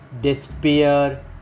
despair